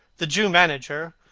the jew manager,